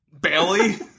Bailey